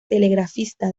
telegrafista